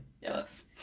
Yes